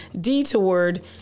detoured